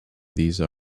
these